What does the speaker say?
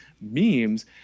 memes